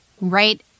right